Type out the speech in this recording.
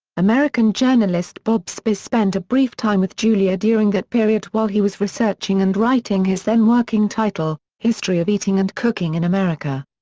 american journalist bob spitz spent a brief time with julia during that period while he was researching and writing his then working title, history of eating and cooking in america.